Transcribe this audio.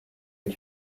est